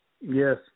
Yes